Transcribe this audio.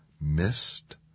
missed